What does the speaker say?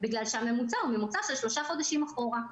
בגלל שהממוצע הוא ממוצע של שלושה חודשים אחורה.